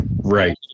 Right